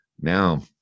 now